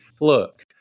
look